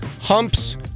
humps